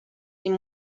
این